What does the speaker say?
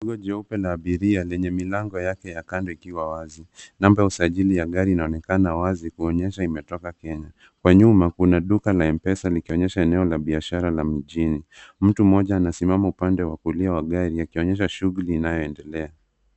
Gari jeupe la abiria, lenye milango yake ya kando ikiwa wazi. Namba ya usajili ya gari inaonekana wazi kuonyesha imetoka Kenya. Kwa nyuma kuna duka na mpesa, likionyesha eneo la biashara la mijini. Mtu mmoja anasimama upande wa kulia wa gari, akionyesha shughuli inayoendelea.